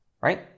right